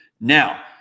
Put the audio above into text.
Now